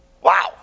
Wow